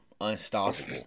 unstoppable